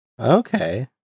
Okay